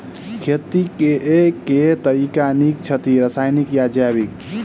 खेती केँ के तरीका नीक छथि, रासायनिक या जैविक?